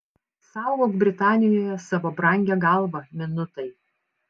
saugok britanijoje savo brangią galvą minutai